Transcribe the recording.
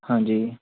ਹਾਂਜੀ